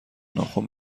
ناخن